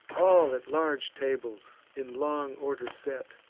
all at large tables, in long order set,